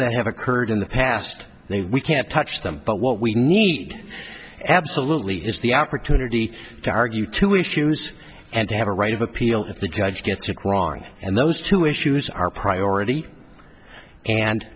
that have occurred in the past they we can't touch them but what we need absolutely is the opportunity to argue two issues and have a right of appeal if the judge gets it wrong and those two issues are priority and